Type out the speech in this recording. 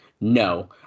No